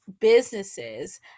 businesses